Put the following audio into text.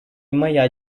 моя